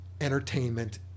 entertainment